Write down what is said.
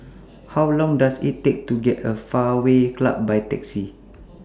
How Long Does IT Take to get to Fairway Club By Taxi